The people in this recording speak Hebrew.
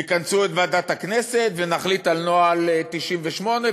יכנסו את ועדת הכנסת ונחליט על נוהל סעיף 98,